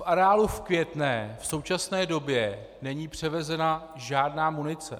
V areálu v Květné v současné době není převezena žádná munice.